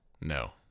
No